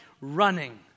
running